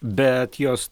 bet jos